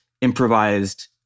improvised